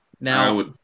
Now